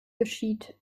geschieht